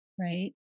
right